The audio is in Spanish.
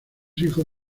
hijo